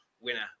Winner